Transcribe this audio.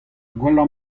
gwellañ